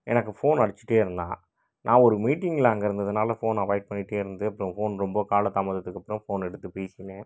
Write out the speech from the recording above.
எனக்கு ஃபோன் அடிச்சுட்டே இருந்தான் நான் ஒரு மீட்டிங்கில் அங்கே இருந்ததுனால் ஃபோனை அவாய்ட் பண்ணிகிட்டே இருந்து அப்புறம் ஃபோன் ரொம்ப காலதாமதத்துக்கு அப்புறம் ஃபோனை எடுத்து பேசினேன்